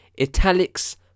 italics